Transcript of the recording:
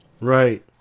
Right